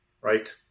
right